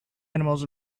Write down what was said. animals